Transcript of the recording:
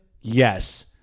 Yes